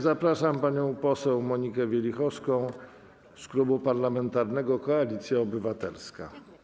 Zapraszam panią poseł Monikę Wielichowską z Klubu Parlamentarnego Koalicja Obywatelska.